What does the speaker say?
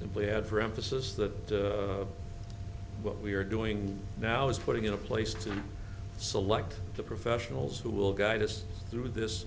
simply add for emphasis that what we are doing now is putting into place to select the professionals who will guide us through this